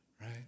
right